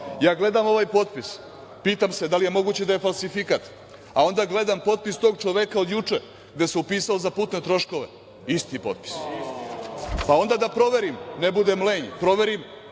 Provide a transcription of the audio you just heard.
gledam ovaj potpis i pitam se da li je moguće da je falsifikat, a onda gledam potpis tog čoveka od juče gde se upisao za putne troškove, isti potpis. Pa onda da proverim, ne budem lenj, ovaj